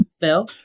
Phil